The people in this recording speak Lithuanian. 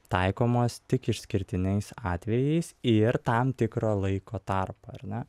taikomos tik išskirtinais atvejais ir tam tikro laiko tarpą na